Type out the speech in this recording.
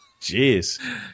Jeez